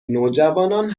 نوجوانان